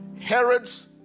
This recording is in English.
Herod's